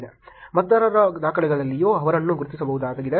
ಮತದಾರರ ದಾಖಲೆಗಳಲ್ಲಿಯೂ ಅವರನ್ನು ಗುರುತಿಸಬಹುದಾಗಿದೆ